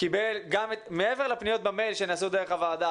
קיבל מעבר לפניות במייל שנעשו דרך הוועדה,